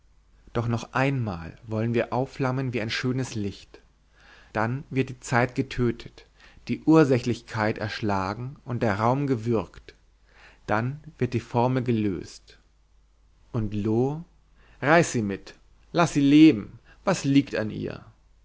doch noch einmal wollen wir aufflammen wie ein schönes licht dann wird die zeit getötet die ursächlichkeit erschlagen und der raum gewürgt dann wird die formel gelöst und loo reiß sie mit laß sie leben was liegt an ihr